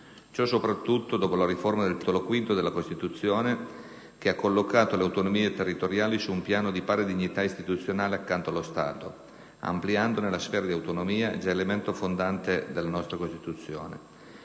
Ciò soprattutto dopo la riforma del Titolo V della Costituzione, che ha collocato le autonomie territoriali su un piano di pari dignità istituzionale accanto allo Stato, ampliandone la sfera di autonomia, già elemento fondante della nostra Costituzione.